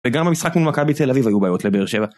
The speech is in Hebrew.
וגם המשחק מול מכבי תל אביב היו בעיות לבאר שבע